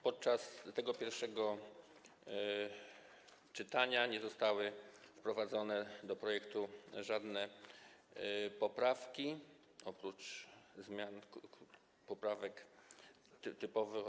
Podczas tego pierwszego czytania nie zostały wprowadzone do projektu żadne poprawki, oprócz zmian, poprawek typowo.